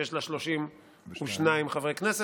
שיש לה 32 חברי כנסת,